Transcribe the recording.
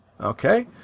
Okay